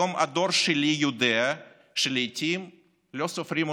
היום הדור שלי יודע שלעיתים לא סופרים אותו,